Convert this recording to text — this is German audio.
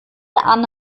anne